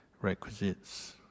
requisites